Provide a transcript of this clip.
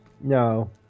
No